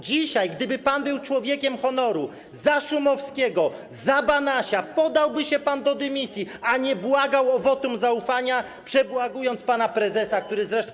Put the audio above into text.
Dzisiaj, gdyby pan był człowiekiem honoru, za Szumowskiego, za Banasia podałby się pan do dymisji, a nie błagał o wotum zaufania, przebłagując pana prezesa, który zresztą.